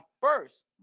first